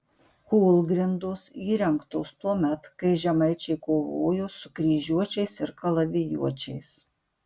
kūlgrindos įrengtos tuomet kai žemaičiai kovojo su kryžiuočiais ir kalavijuočiais